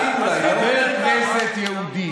הכנסת טיבי,